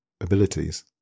abilities